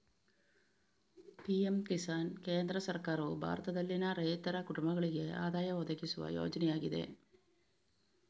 PM Kisan ಕೇಂದ್ರ ಸರ್ಕಾರವು ಭಾರತದಲ್ಲಿನ ರೈತರ ಕುಟುಂಬಗಳಿಗೆ ಆದಾಯ ಒದಗಿಸುವ ಯೋಜನೆಯಾಗಿದೆ